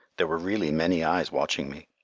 there were really many eyes watching me.